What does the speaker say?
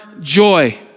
joy